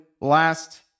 last